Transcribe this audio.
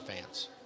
fans